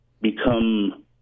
become